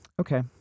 Okay